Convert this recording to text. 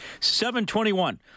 721